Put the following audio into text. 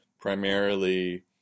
Primarily